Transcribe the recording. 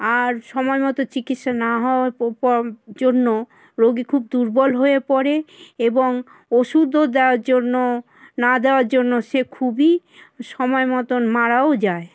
আর সময় মতো চিকিসসা না হওয়া জন্য রোগী খুব দুর্বল হয়ে পড়ে এবং ওষুধও দেওয়ার জন্য না দেওয়ার জন্য সে খুবই সময় মতন মারাও যায়